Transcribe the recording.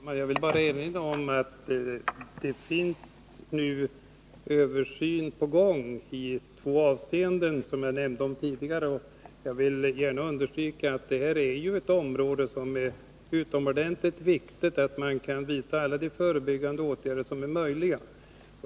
Herr talman! Jag vill bara erinra om att en översyn är på gång i två avseenden — jag nämnde det tidigare. Jag vill gärna understryka att det här är ett område där det är utomordenligt viktigt att man kan vidta alla de förebyggande åtgärder som är möjliga.